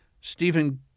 Stephen